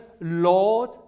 Lord